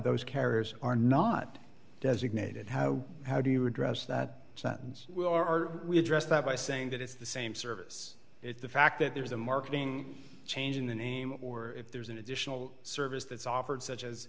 those carriers are not designated how how do you address that sentence will are we address that by saying that it's the same service it's the fact that there's a marketing change in the name or if there's an additional service that's offered such as